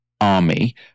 army